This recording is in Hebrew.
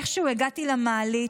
איכשהו הגעתי למעלית.